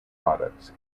products